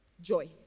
Joy